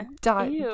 Die